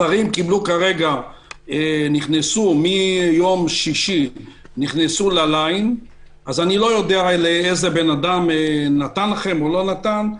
הזרים נכנסו מיום שישי לליין אז אני לא יודע מי נתן לכם את הנתונים.